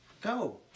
Go